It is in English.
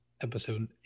episode